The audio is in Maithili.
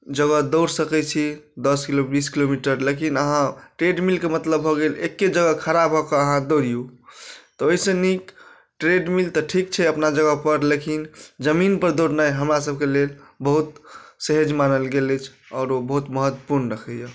जगह दौड़ सकै छी दस किलो बीस किलोमीटर लेकिन अहाँ ट्रेडमिलके मतलब भऽ गेल एक्के जगह खड़ा भऽ कऽ अहाँ दौड़िऔ तऽ ओहिसँ नीक ट्रेडमिल तऽ ठीक छै अपना जगहपर लेकिन जमीनपर दौड़नाइ हमरासबके लेल बहुत सहज मानल गेल अछि आओर ओ बहुत महत्वपूर्ण रखैए